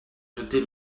jeter